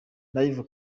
live